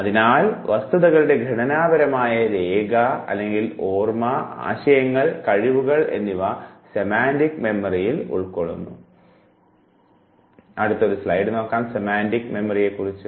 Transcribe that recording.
അതിനാൽ വസ്തുതകളുടെ ഘടനാപരമായ രേഖ ഓർമ്മ ആശയങ്ങൾ കഴിവുകൾ എന്നിവ സെമാൻറിക് ഓർമ്മയിൽ ഉൾക്കൊള്ളുന്നു